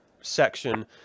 section